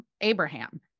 Abraham